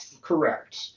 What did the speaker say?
Correct